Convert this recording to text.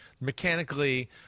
Mechanically